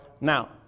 now